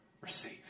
receive